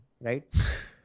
right